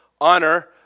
honor